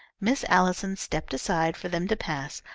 miss allison stepped aside for them to pass,